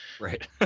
Right